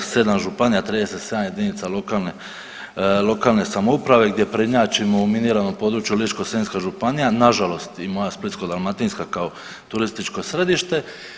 7 županija, 37 jedinica lokalne, lokalne samouprave gdje prednjačimo u miniranom području Ličko-senjska županija, nažalost i moja Splitsko-dalmatinska kao turističko središte.